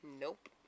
Nope